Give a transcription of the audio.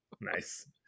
Nice